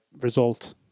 result